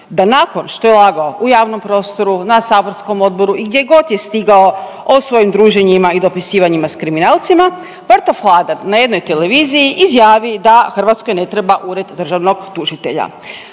da nakon što je lagao u javnom prostoru, na saborskom odboru i gdje god je stigao o svojim druženjima i dopisivanjima s kriminalcima, mrtav hladan na jednoj televiziji izjavi da Hrvatskoj ne treba ured državnog tužitelja.